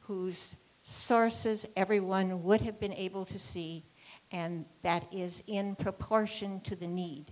whose sources everyone would have been able to see and that is in proportion to the need